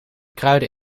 kruiden